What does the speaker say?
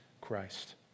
Christ